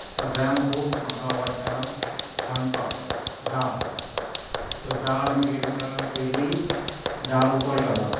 सगळ्यांत खूब म्हाका आवडटा रांदपाक दाळ तर दाळ आमी कितें करतात पयली दाळ उकोड घालप